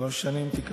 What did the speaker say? שלוש שנים, למה שנתיים?